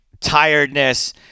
tiredness